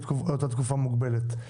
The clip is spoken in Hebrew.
לאותה תקופה מוגבלת,